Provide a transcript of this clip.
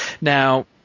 Now